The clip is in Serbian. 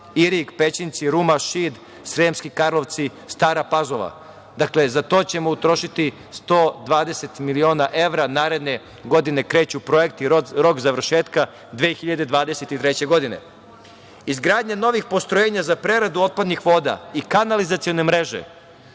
Irig, Pećinci, Ruma, Šid, Sremski Karlovci, Stara Pazova. Dakle, za to ćemo utrošiti 120 miliona evra. Naredne godine kreću projekti, rok završetka 2023. godine. Izgradnja novih postrojenja za preradu otpadnih voda i kanalizacione mreže.